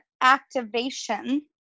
activation